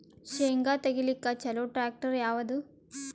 ಶೇಂಗಾ ತೆಗಿಲಿಕ್ಕ ಚಲೋ ಟ್ಯಾಕ್ಟರಿ ಯಾವಾದು?